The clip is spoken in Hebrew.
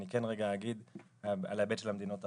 אני כן אגיד על ההיבט של המדינות האחרות.